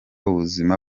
ubuzima